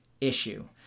issue